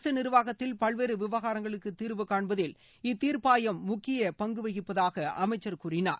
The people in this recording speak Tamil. அரசு நிர்வாகத்தில் பல்வேறு விவகாரங்களுக்கு தீர்வு காண்பதில் இத்தீர்ப்பாயம் முக்கிய வகிப்பதாக அமைச்சர் கூறினார்